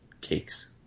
cakes